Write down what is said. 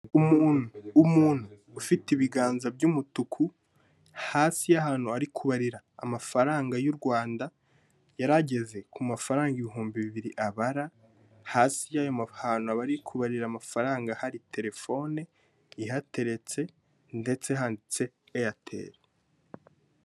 Umuntu ufite ibiganza by'umutuku, hasi y'ahantu ari kubarira amafaranga y'u Rwanda, yari ageze ku mafaranga ibihumbi bibiri abara, hasi y'aho hantu ari kubarira amafaranga, hari telefone ihateretse ndetse handitseho eyateri.